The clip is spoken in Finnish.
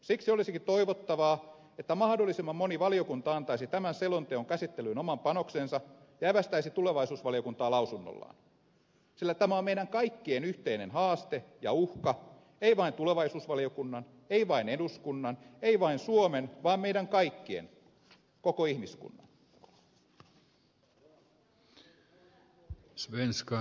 siksi olisikin toivottavaa että mahdollisimman moni valiokunta antaisi tämän selonteon käsittelyyn oman panoksensa ja evästäisi tulevaisuusvaliokuntaa lausunnollaan sillä tämä on meidän kaikkien yhteinen haaste ja uhka ei vain tulevaisuusvaliokunnan ei vain eduskunnan ei vain suomen vaan meidän kaikkien koko ihmiskunnan